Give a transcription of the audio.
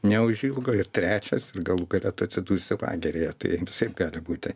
neužilgo ir trečias ir galų gale tu atsidursi lageryje tai visaip gali būti